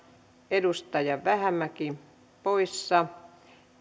edustaja vähämäki poissa